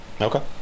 Okay